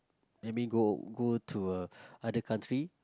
let me go go to uh other country